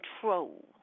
control